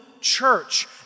church